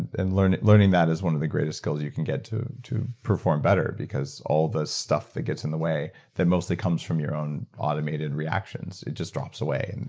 and learning learning that is one of the greatest skills you can get to to perform better because all the stuff that gets in the way that mostly comes from your own automated reactions, it just drops away, and